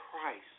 Christ